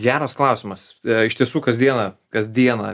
geras klausimas iš tiesų kasdieną kasdieną